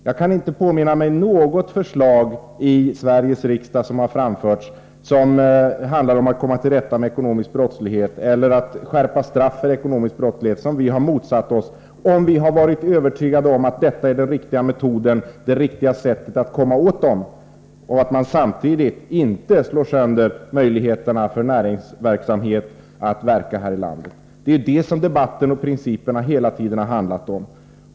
Jag kan inte påminna mig något förslag, som framförts i Sveriges riksdag och som handlar om att komma till rätta med ekonomisk brottslighet eller att skärpa straff för ekonomisk brottslighet, som vi har motsatt oss, om vi har varit övertygade om att detta är den riktiga metoden att komma åt dessa brott men inte samtidigt slår sönder möjligheterna att bedriva näringsverksamhet här i landet. Det är detta diskussionen hela tiden har handlat om.